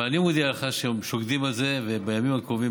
אבל אני מודיע לך שהם שוקדים על זה ובימים הקרובים,